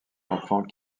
enfants